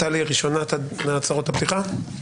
טלי, ראשונה בהצהרות הפתיחה.